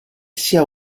sia